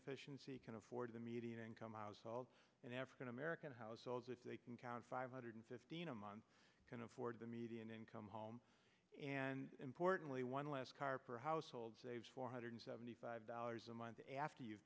efficiency can afford the median income households in african american households if they can count five hundred fifteen a month can afford the median income home and importantly one last carper household saves four hundred seventy five dollars a month after you've